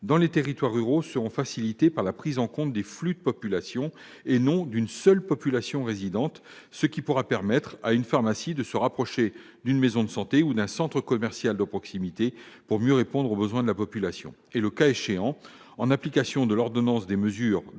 dans les territoires ruraux seront facilités par la prise en compte des flux de population et non d'une seule population résidente, ce qui permettra à une pharmacie de se rapprocher d'une maison de santé ou d'un centre commercial de proximité pour mieux répondre aux besoins de la population. Le cas échéant, en application de l'ordonnance, des mesures